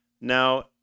Now